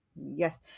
Yes